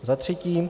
Za třetí.